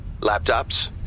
Laptops